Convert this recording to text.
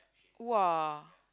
!wah!